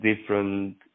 different